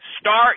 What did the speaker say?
start